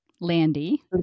Landy